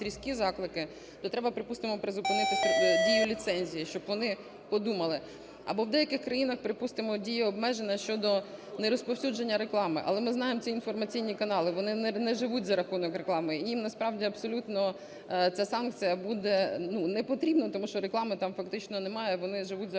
різкі заклики, то треба, припустимо, призупинити дію ліцензії, щоб вони подумали. Або в деяких країнах, припустимо, діє обмеження щодо нерозповсюдження реклами. Але ми знаємо ці інформаційні канали, вони не живуть за рахунок реклами, їм насправді абсолютно ця санкція буде непотрібна, тому що реклами там фактично немає, вони живуть за